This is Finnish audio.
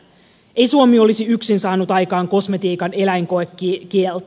ei suomi olisi yksin saanut aikaan kosmetiikan eläinkoekieltoa